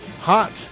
hot